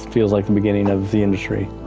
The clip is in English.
feels like the beginning of the industry.